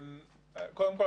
קודם כול,